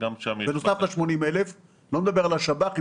בנוסף ל- 80,000. אני לא מדבר על השב"חים,